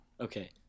Okay